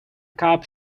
cup